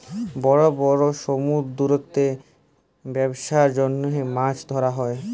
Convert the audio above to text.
বড় বড় সমুদ্দুরেতে ব্যবছার জ্যনহে মাছ ধ্যরা হ্যয়